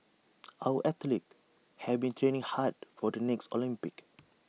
our athletes have been training hard for the next Olympics